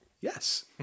yes